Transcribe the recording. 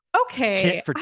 okay